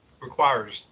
requires